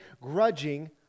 grudging